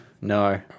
no